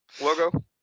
logo